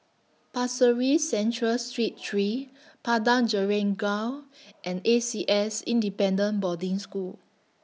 Pasir Ris Central Street three Padang Jeringau and A C S Independent Boarding School